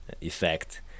effect